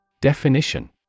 Definition